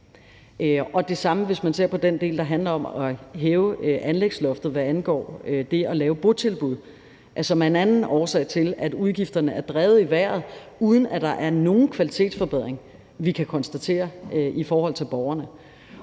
Det samme gælder, hvis man ser på den del, der handler om at hæve anlægsloftet, hvad angår det at lave botilbud, som er en anden årsag til, at udgifterne er drevet i vejret, uden at der er nogen kvalitetsforbedring, vi kan konstatere, for borgerne.